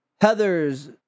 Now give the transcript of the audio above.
Heather's